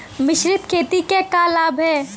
मिश्रित खेती क का लाभ ह?